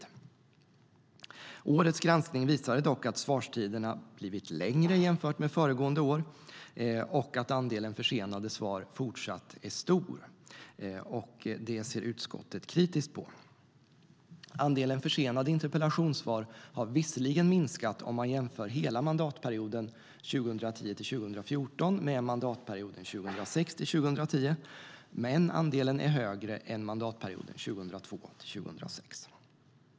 Årets granskning visade dock att svarstiderna har blivit längre jämfört med föregående år och att andelen försenade svar är fortsatt stor. Det ser utskottet kritiskt på. Andelen försenade interpellationssvar har visserligen minskat om man jämför hela mandatperioden 2010-2014 med mandatperioden 2006-2010, men andelen är högre än mandatperioden 2002-2006.